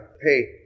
Hey